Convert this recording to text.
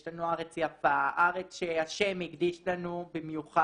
יש לנו ארץ יפה, ארץ שהשם הקדיש לנו במיוחד